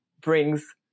brings